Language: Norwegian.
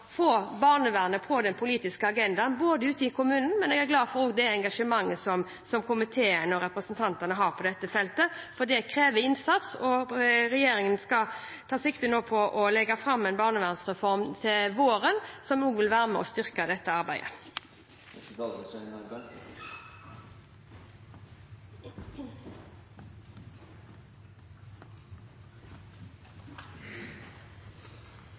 få barnevernet på den politiske agendaen, også ute i kommunen. Jeg er glad for det engasjementet som komiteen og representantene har på dette feltet, for dette krever innsats. Regjeringen tar sikte på å legge fram en barnevernsreform til våren, som også vil være med på å styrke dette arbeidet.